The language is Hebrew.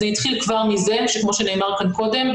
אז זה התחיל כבר מזה שכמו שנאמר כאן קודם,